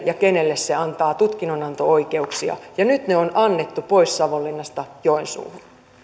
ja kenelle se antaa tutkinnonanto oikeuksia ja nyt ne on annettu pois savonlinnasta joensuuhun